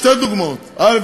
שתי דוגמאות: א.